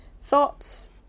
thoughts